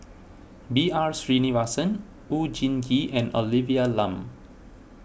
B R Sreenivasan Oon Jin Gee and Olivia Lum